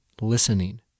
listening